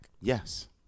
Yes